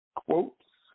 quotes